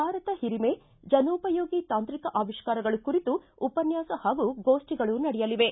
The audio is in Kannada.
ಭಾರತ ಹಿರಿಮೆ ಜನೋಪಯೋಗಿ ತಾಂತ್ರಿಕ ಆವಿಷ್ಕಾರಗಳು ಕುರಿತು ಉಪನ್ಸಾಸ ಹಾಗೂ ಗೋಷ್ಟಗಳು ನಡೆಯಲಿವೆ